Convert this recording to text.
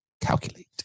calculate